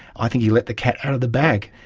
i think he let the cat out of the bag.